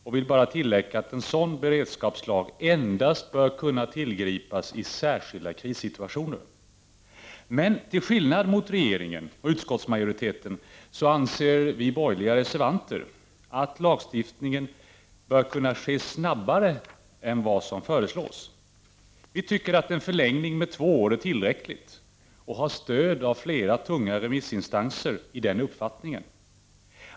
Jag vill bara tillägga att en sådan beredskapslag bör kunna tillgripas endast i särskilda krissituationer. Men, till skillnad från regeringen och utskottsmajoriteten, anser vi borgerliga reservanter att lagstiftningen bör kunna ske snabbare än vad som föreslås. Vi tycker att en förlängning med två år är tillräcklig och har stöd av flera tunga remissinstanser i den uppfattningen.